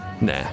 Nah